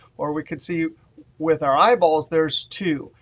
or we could see with our eyeballs there's two.